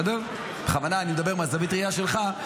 בכוונה אני מדבר מזווית הראייה שלך,